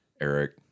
Eric